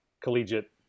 collegiate